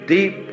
Deep